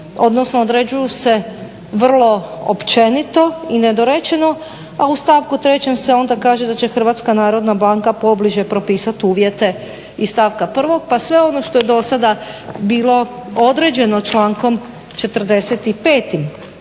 odnosno određuju se vrlo općenito i nedorečeno. A u stavku 3. se onda kaže da će Hrvatska narodna banka pobliže propisati uvjete iz stavka 1. pa sve ono što je dosada bilo određeno člankom 45.